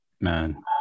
Man